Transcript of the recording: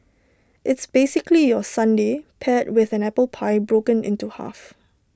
it's basically your sundae paired with an apple pie broken into half